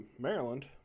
Maryland